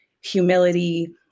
humility